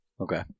Okay